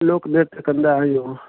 लोक नृत्य कंदा आहियूं